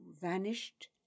vanished